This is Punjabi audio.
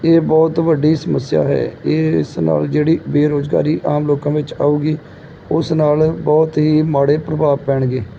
ਇਹ ਬਹੁਤ ਵੱਡੀ ਸਮੱਸਿਆ ਹੈ ਇਹ ਇਸ ਨਾਲ ਜਿਹੜੀ ਬੇਰੁਜ਼ਗਾਰੀ ਆਮ ਲੋਕਾਂ ਵਿੱਚ ਆਊਗੀ ਉਸ ਨਾਲ ਬਹੁਤ ਹੀ ਮਾੜੇ ਪ੍ਰਭਾਵ ਪੈਣਗੇ